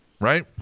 Right